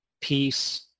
peace